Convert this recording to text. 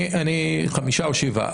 חמישה או שבעה.